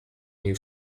you